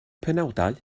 penawdau